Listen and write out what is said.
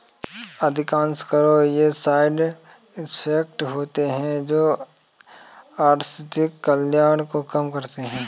अधिकांश करों के साइड इफेक्ट होते हैं जो आर्थिक कल्याण को कम करते हैं